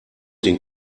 den